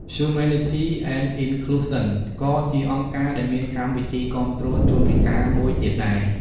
ហ្យូមេននីធី អេន អុីន ឃ្លូសសិន Humanity & Inclusion ក៏ជាអង្គការដែលមានកម្មវិធីគាំទ្រជនពិការមួយទៀតដែរ។